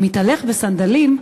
המתהלך בסנדלים,